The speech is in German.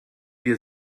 wir